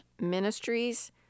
Ministries